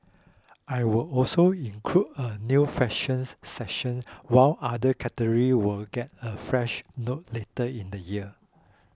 will also include a new fashions section while other categories will get a fresh look later in the year